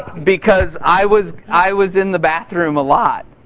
because i was i was in the bathroom a lot,